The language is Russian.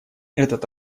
этот